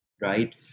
right